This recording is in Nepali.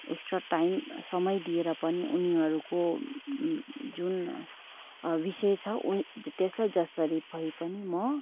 एक्सट्रा टाइम समय दिएर पनि उनीहरूको जुन विषय छ त्यसलाई जसरी भए पनि म